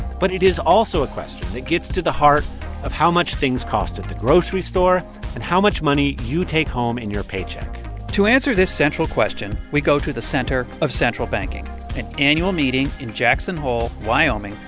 but it is also a question that gets to the heart of how much things cost at the grocery store and how much money you take home in your paycheck to answer this central question, we go to the center of central banking an annual meeting in jackson hole, wyo, um